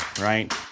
right